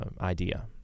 idea